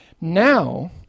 Now